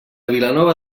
vilanova